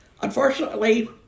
unfortunately